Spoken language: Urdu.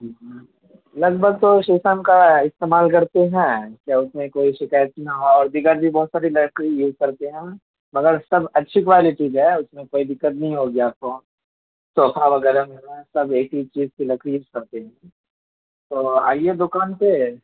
جی لگ بھگ تو شیشم کا استعمال کرتے ہیں تو اس میں کوئی شکایت نہ ہو اور دیگر بھی بہت ساری لکڑی یوز کرتے ہیں مگر سب اچھی کوالٹی کا ہے اس میں کوئی دقت نہیں ہوگی آپ کو صوفہ وغیرہ میں ہیں سب ایک ہی چیز کی لکڑی یوز کرتے ہیں تو آئیے دکان پہ